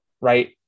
right